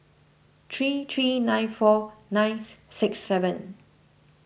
three three nine four ninth six seven